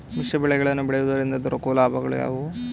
ಮಿಶ್ರ ಬೆಳೆಗಳನ್ನು ಬೆಳೆಯುವುದರಿಂದ ದೊರಕುವ ಲಾಭಗಳು ಯಾವುವು?